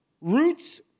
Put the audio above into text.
Roots